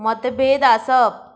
मतभेद आसप